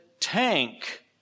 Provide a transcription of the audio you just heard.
tank